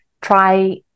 Try